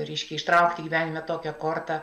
reiškia ištraukti gyvenime tokią kortą